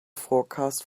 forecast